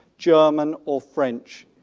german or french.